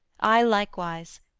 i likewise,